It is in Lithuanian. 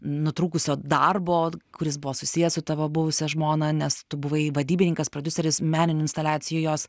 nutrūkusio darbo kuris buvo susijęs su tavo buvusia žmona nes tu buvai vadybininkas prodiuseris meninių instaliacijų jos